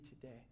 today